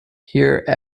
here